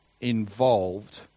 involved